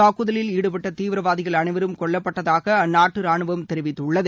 தாக்குதலில் ஈடுப்பட்ட தீவிரவாதிகள் அனைவரும் கொல்லப்பட்டதாக அந்நாட்டு ராணுவம் தெரிவித்தது